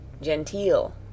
Genteel